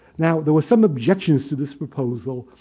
now, there were some objections to this proposal.